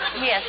Yes